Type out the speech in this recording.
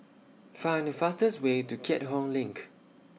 Find The fastest Way to Keat Hong LINK